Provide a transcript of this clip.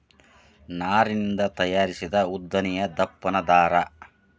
ನಾರಿನಿಂದ ತಯಾರಿಸಿದ ಉದ್ದನೆಯ ದಪ್ಪನ ದಾರಾ